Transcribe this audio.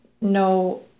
no